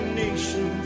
nation